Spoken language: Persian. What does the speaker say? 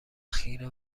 خیره